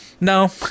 No